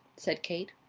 said kate.